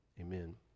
Amen